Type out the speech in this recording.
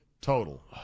Total